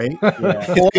right